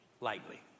lightly